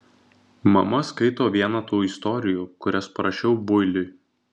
mama skaito vieną tų istorijų kurias parašiau builiui